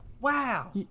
Wow